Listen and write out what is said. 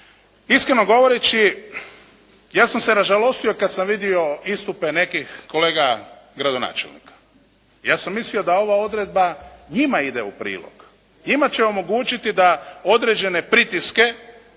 iskreno govoreći ja sam se ražalostio kad sam vidio istupe nekih kolega gradonačelnika. Ja sam mislio da ova odredba njima ide u prilog. Njima će omogućiti da određene pritiske